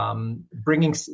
bringing